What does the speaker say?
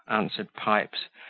answered pipes,